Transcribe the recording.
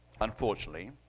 Unfortunately